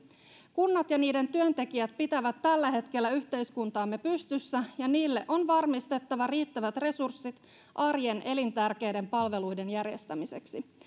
kunnat ja niiden työntekijät pitävät tällä hetkellä yhteiskuntaamme pystyssä ja niille on varmistettava riittävät resurssit arjen elintärkeiden palveluiden järjestämiseksi